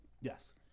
Yes